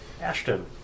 Ashton